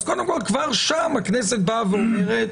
אז קודם כל כבר שם הכנסת באה ואומרת: